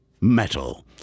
Metal